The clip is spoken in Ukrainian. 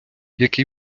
який